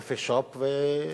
ב-coffee shop ולהתקשר